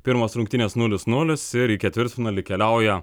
pirmos rungtynės nulis nulis ir į ketvirtfinalį keliauja